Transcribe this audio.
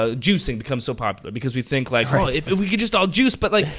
ah juicing becomes so popular because we think like, oh if if we could just all juice but like,